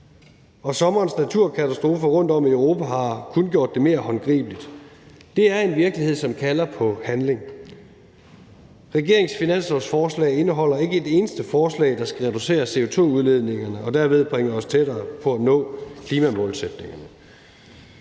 og sommerens naturkatastrofer rundtom i Europa har kun gjort det mere håndgribeligt, at det er en virkelighed, som kalder på handling. Regeringens finanslovsforslag indeholder ikke et eneste forslag, der skal reducere CO2-udledningerne og derved bringe os tættere på at nå klimamålsætningerne,